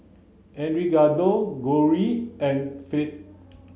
Edgardo Cori and Phil